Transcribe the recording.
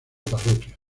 parroquia